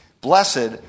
Blessed